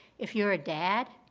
if you're a dad,